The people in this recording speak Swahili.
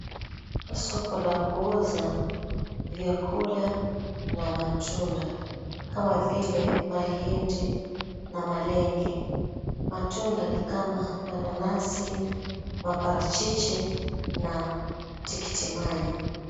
Soko la kuuza vyakula na matunda, kama vile; mahindi na malenge. Matunda ni kama mananasi, napata hicho, na tikiti maji.